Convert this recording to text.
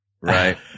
Right